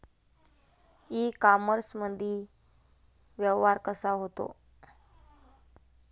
इ कामर्समंदी व्यवहार कसा होते?